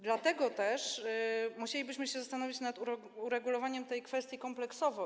Dlatego też musielibyśmy się zastanowić nad uregulowaniem tej kwestii kompleksowo.